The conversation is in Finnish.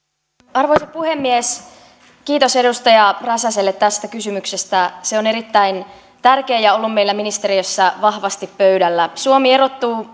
arvoisa puhemies kiitos edustaja räsäselle tästä kysymyksestä se on erittäin tärkeä ja on ollut meillä ministeriössä vahvasti pöydällä suomi erottuu